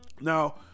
Now